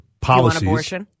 policies